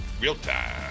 real-time